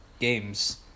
games